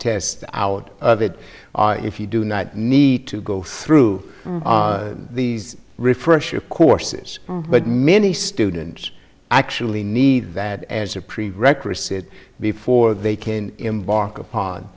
test out of it if you do not meet to go through these refresher courses but many students actually me that as a prerequisite before they can embark upon